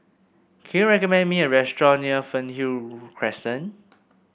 can you recommend me a restaurant near Fernhill Crescent